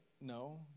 No